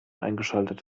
eingeschaltet